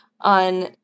on